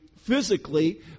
physically